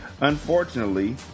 Unfortunately